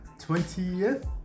20th